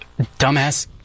dumbass